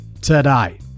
today